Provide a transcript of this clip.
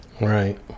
Right